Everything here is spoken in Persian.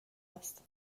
است